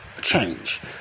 change